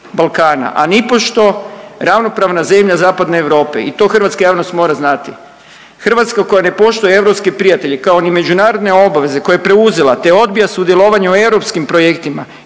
Balkana, a nipošto ravnopravna zemlja Zapadne Europe. I to hrvatska javnost mora znati. Hrvatska koja ne poštuje europske prijatelje kao ni međunarodne obaveze koje je preuzela, te odbija sudjelovanje u europskim projektima